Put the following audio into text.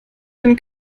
den